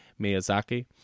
Miyazaki